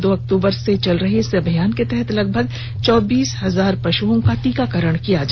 दो अक्टूबर से चल रहे इस अभियान के तहत लगभग चौबीस हजार पशुओं का टीकाकरण क्या जाना है